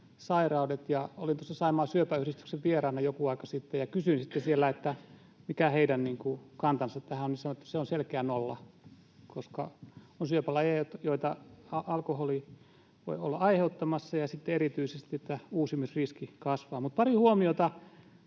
syöpäsairaudet, ja olin tuossa Saimaan Syöpäyhdistyksen vieraana joku aika sitten, ja kysyin sitten siellä, että mikä heidän kantansa tähän on, niin he sanoivat, että se on selkeä nolla, koska on syöpälajeja, joita alkoholi voi olla aiheuttamassa, ja sitten erityisesti uusimisriski kasvaa. Mutta pari huomiota.